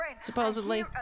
supposedly